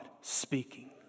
speaking